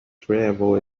travel